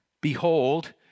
Behold